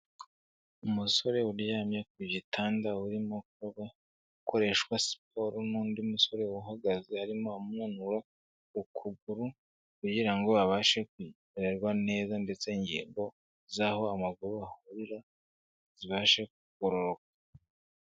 Umusore uryamye ku gitanda, urimo kuba akoreshwa siporo n'undi musore uhagaze, arimo umunura ukuguru kugira ngo abashe kumererwa neza ndetse ingingo z'aho amaguru bahurira zibashe kugororoka.